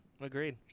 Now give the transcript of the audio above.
Agreed